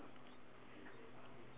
uh what about the shop's name